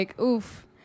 oof